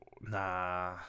Nah